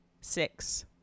Six